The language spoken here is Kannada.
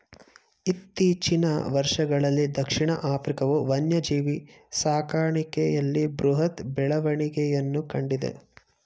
ಇತ್ತೀಚಿನ ವರ್ಷಗಳಲ್ಲೀ ದಕ್ಷಿಣ ಆಫ್ರಿಕಾವು ವನ್ಯಜೀವಿ ಸಾಕಣೆಯಲ್ಲಿ ಬೃಹತ್ ಬೆಳವಣಿಗೆಯನ್ನು ಕಂಡಿದೆ